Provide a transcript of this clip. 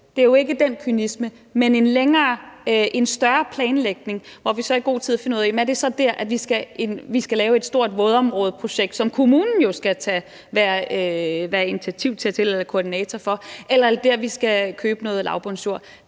have, men en længere og større planlægning, hvor vi i god tid finder ud af, om det så er dér, vi skal lave et stort vådområdeprojekt, som kommunen jo skal være initiativtager til eller koordinator for, eller er det dér, vi skal købe noget lavbundsjord.